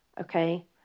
Okay